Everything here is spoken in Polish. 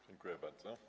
Dziękuję bardzo.